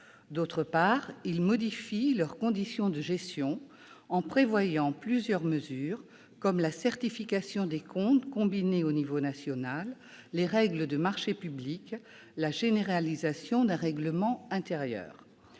D'autre part, il modifie leurs conditions de gestion en prévoyant plusieurs mesures, comme la certification des comptes combinés au niveau national, l'application des règles relatives aux marchés publics, la généralisation d'un règlement intérieur.